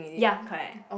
ya correct